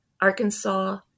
Arkansas